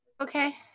Okay